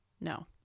No